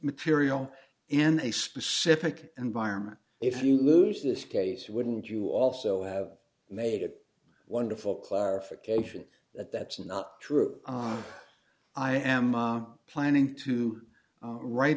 material in a specific environment if you lose this case wouldn't you also have a wonderful clarification that that's not true i am planning to write